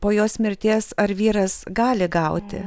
po jos mirties ar vyras gali gauti